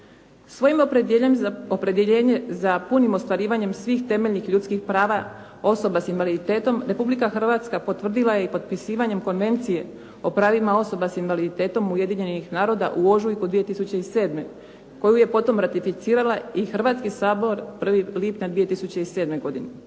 Svojim opredjeljenjem za punim ostvarivanjem svih temeljnih i ljudskih prava osoba sa invaliditetom, Republika Hrvatska potvrdila je i potpisivanjem Konvencije o pravima osoba sa invaliditetom Ujedinjenih naroda u ožujku 2007. koju je potom ratificirala i Hrvatski sabor 1. lipnja 2007. godine.